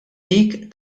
dik